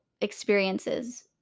experiences